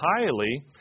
highly